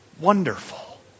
wonderful